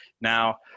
Now